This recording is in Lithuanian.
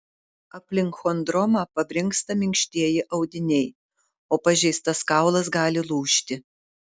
aplink chondromą pabrinksta minkštieji audiniai o pažeistas kaulas gali lūžti